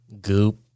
Goop